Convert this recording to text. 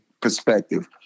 perspective